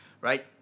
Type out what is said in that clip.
right